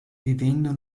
vivendo